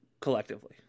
collectively